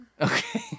Okay